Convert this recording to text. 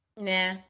Nah